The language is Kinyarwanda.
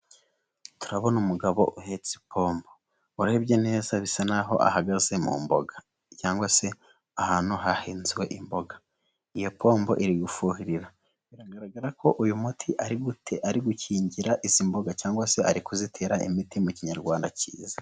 Turabona umugabo uhetsepombo, urarebye neza bisa naho ahagaze mu mboga cyangwa se ahantu hahinzwe imboga. Iyo pombo iri gufuhirira, biragaragara ko uyu muti ari gute ari gukingira izi mboga cyangwa se ari kuzitera imiti mu kinyarwanda cyiza.